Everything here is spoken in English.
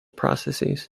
processes